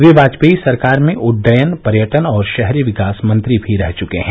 वे वाजपेयी सरकार में उड्डयन पर्यटन और शहरी विकास मंत्री भी रह चुके हैं